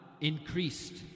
increased